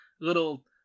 little